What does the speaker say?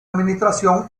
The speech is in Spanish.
administración